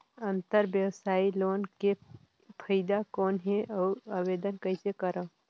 अंतरव्यवसायी लोन के फाइदा कौन हे? अउ आवेदन कइसे करव?